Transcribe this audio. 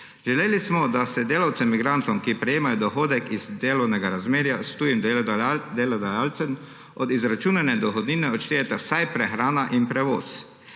Želeli smo, da se delavcem migrantom, ki prejemajo dohodek iz delovnega razmerja s tujim delodajalcem, od izračunane dohodnine odštejeta vsaj prehrana in prevoz.